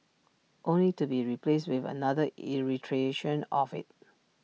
only to be replaced with another iteration of IT